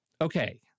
Okay